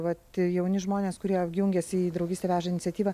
vat jauni žmonės kurie jungiasi į draugystė veža iniciatyvą